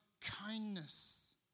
kindness